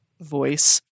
voice